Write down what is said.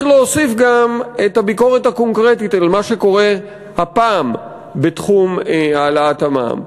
להוסיף גם את הביקורת הקונקרטית על מה שקורה הפעם בתחום העלאת המע"מ.